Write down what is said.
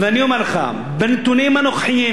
בנתונים הנוכחיים,